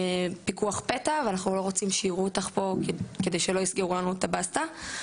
פיקוח פתע ואנחנו לא רוצים שיראו אותך פה כדי שלא יסגרו לנו את הבסטה.